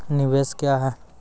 निवेश क्या है?